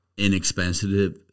inexpensive